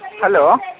hello